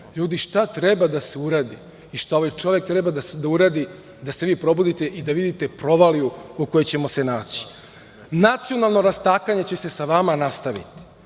šta treba da se uradi i šta ovaj čovek treba da uradi da se vi probudite i da vidite provaliju u kojoj ćemo se naći. Nacionalno rastakanje će se sa vama nastaviti.